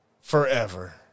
forever